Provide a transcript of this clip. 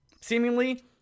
seemingly